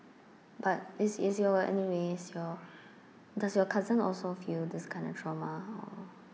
but is is your anyways your does your cousin also feel this kind of trauma or